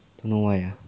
don't know why ah